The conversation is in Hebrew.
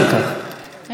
אין לי קול כבר.